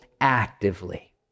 actively